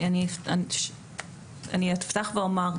אפתח ואומר,